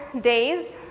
days